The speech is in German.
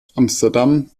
amsterdam